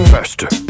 Faster